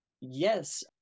Yes